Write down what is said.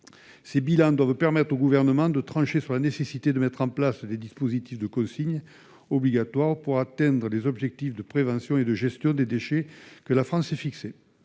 Ces bilans doivent permettre au Gouvernement de trancher sur la nécessité de mettre en place des dispositifs de consigne obligatoire pour atteindre les objectifs de prévention et de gestion des déchets que la France s'est fixés.